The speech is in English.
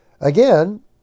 Again